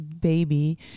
baby